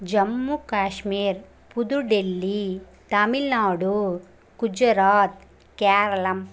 Jammu Kashmir Pudhu Delhi Tamil Nadu Gujarat Keralam